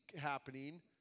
happening